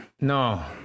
No